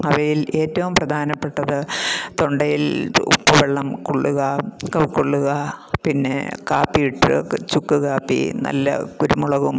അവയിൽ ഏറ്റവും പ്രധാനപ്പെട്ടത് തൊണ്ടയിൽ ഉപ്പ് വെള്ളം കൊള്ളുക കൊള്ളുക പിന്നെ കാപ്പിയിട്ട് ചുക്ക് കാപ്പി നല്ല കുരുമുളകും